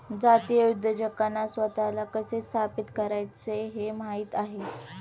जातीय उद्योजकांना स्वतःला कसे स्थापित करायचे हे माहित आहे